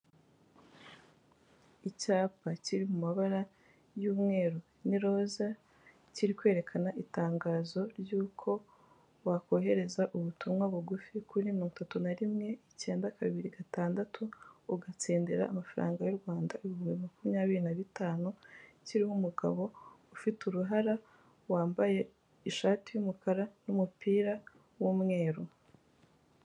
Icyapa kiri mu mabara y'umweru n'iroza, kiri kwerekana itangazo ry'uko wakohereza ubutumwa bugufi kuri mirongo itatu na rimwe, icyenda kabiri gatandatu, ugatsindira amafaranga y'u Rwanda ibihumbi makumyabiri na bitanu, kiriho umugabo ufite uruhara, wambaye ishati y'umukara n'umupira w'umweru.